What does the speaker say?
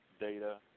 data